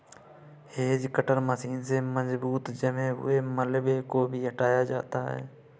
hedge cutter machine से मजबूत जमे हुए मलबे को भी हटाया जाता है